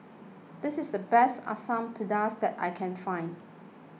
this is the best Asam Pedas that I can find